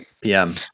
PM